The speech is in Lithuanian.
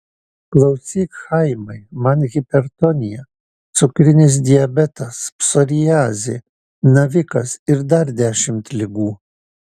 klausyk chaimai man hipertonija cukrinis diabetas psoriazė navikas ir dar dešimt ligų